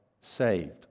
saved